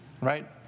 right